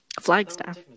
Flagstaff